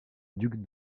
duc